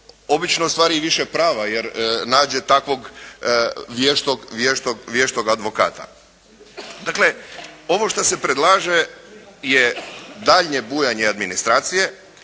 obično ustvari i više prava, jer nađe takvog vještog advokata. Dakle, ovo šta se predlaže je daljnje bujanje administracije,